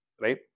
right